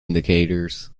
indicators